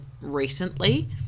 recently